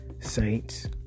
saints